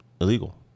illegal